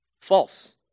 false